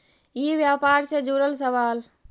ई व्यापार से जुड़ल सवाल?